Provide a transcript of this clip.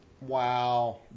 Wow